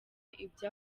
ibyo